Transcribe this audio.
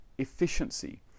efficiency